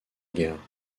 guerre